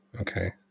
Okay